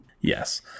Yes